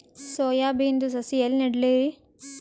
Soya ಬಿನದು ಸಸಿ ಎಲ್ಲಿ ನೆಡಲಿರಿ?